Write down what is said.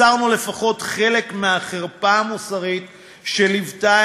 הסרנו לפחות חלק מהחרפה המוסרית שליוותה